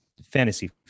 fantasy